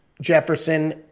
Jefferson